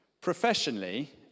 Professionally